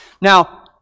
Now